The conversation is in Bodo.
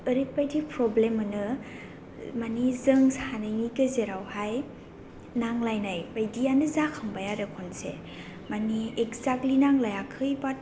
ओरैबायदि प्रब्लेम मोनो मानि जों सानैनि गेजेरावहाय नांलायनाय बायदिआनो जाखांबाय आरो खनसे मानि एक्सेक्टलि नांलायाखै बात